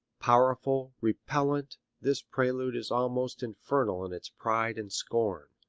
powerful, repellant, this prelude is almost infernal in its pride and scorn.